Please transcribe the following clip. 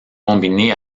combiné